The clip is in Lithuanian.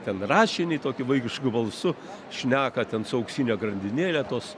ten rašinį tokį vaikišku balsu šneka ten su auksine grandinėle tos